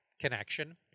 connection